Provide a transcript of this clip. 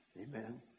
Amen